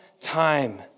time